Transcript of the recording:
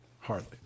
hardly